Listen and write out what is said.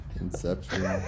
Inception